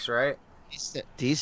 right